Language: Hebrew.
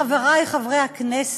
חברי חברי הכנסת,